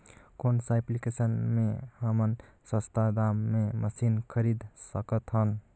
कौन सा एप्लिकेशन मे हमन सस्ता दाम मे मशीन खरीद सकत हन?